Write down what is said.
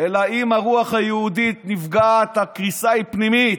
אלא שאם הרוח היהודית נפגעת, הקריסה היא פנימית,